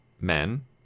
men